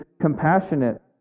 compassionate